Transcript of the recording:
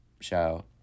show